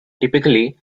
typically